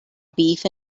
beef